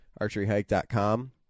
archeryhike.com